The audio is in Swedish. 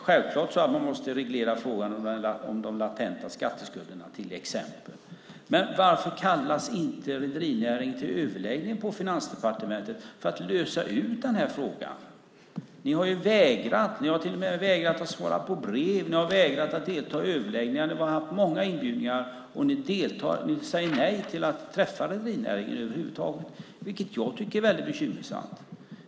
Självklart måste frågan om de latenta skatteskulderna regleras. Men varför kallas inte rederinäringen till överläggning på Finansdepartementet för att lösa frågan? Ni har till och med vägrat att svara på brev och delta i överläggningar. Det har varit många inbjudningar, och ni har sagt nej till att över huvud taget träffa rederinäringen. Det tycker jag är bekymmersamt.